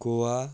Goa